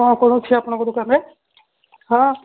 କ'ଣ କ'ଣ ଅଛି ଆପଣଙ୍କ ଦୋକାନରେ ହଁ